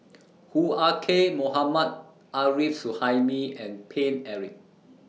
Hoo Ah Kay Mohammad Arif Suhaimi and Paine Eric